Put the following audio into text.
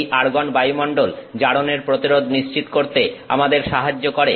এই আর্গন বায়ুমণ্ডল জারণের প্রতিরোধ নিশ্চিত করতে আমাদের সাহায্য করে